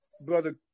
Brother